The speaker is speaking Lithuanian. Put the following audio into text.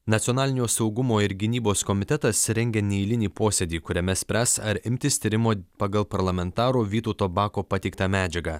nacionalinio saugumo ir gynybos komitetas rengia neeilinį posėdį kuriame spręs ar imtis tyrimo pagal parlamentaro vytauto bako pateiktą medžiagą